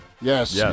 Yes